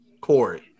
Corey